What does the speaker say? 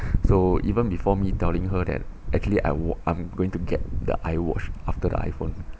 so even before me telling her that actually I wa~ I'm going to get the I_watch after the I_phone